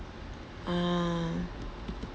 ah